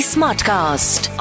Smartcast